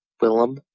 Willem